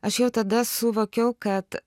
aš jau tada suvokiau kad